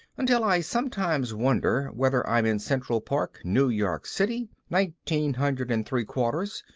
until i sometimes wonder whether i'm in central park, new york city, nineteen hundred and three quarters,